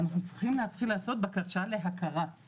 ואנחנו צריכים להתחיל לעשות בקשה להכרה,